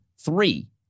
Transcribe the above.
three